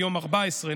היום 14,